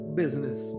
business